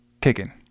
kicking